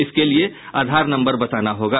इसके लिये आधार नम्बर बताना होगा